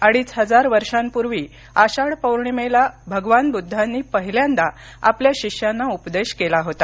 अडीच हजार वर्षांपूर्वी आषाढ पौर्णिमेला भगवान बुद्धांनी पहिल्यांदा आपल्या शिष्यांना उपदेश केला होता